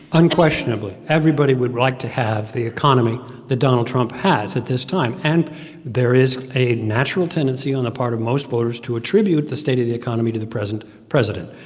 unquestionably. everybody would like to have the economy that donald trump has at this time. and there is a natural tendency on the part of most voters to attribute the state of the economy to the present president.